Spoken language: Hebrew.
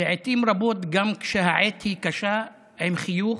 לעיתים רבות, גם כשהעת היא קשה, עם חיוך,